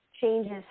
changes